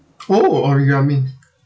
oh origami